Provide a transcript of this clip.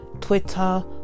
Twitter